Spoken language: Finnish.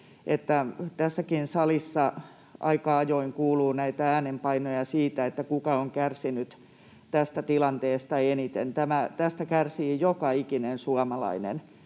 tässäkin salissa aika ajoin kuuluu niitä äänenpainoja, kuka on kärsinyt tästä tilanteesta eniten. Tästä koronatilanteesta kärsii joka ikinen suomalainen,